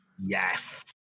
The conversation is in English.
Yes